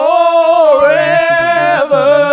Forever